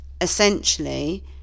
essentially